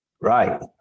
Right